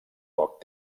poc